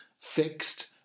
fixed